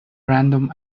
random